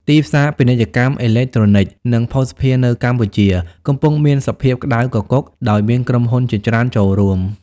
ទីផ្សារ ពាណិជ្ជកម្មអេឡិចត្រូនិក និងភស្តុភារនៅកម្ពុជាកំពុងមានសភាពក្តៅគគុក ដោយមានក្រុមហ៊ុនជាច្រើនចូលរួម។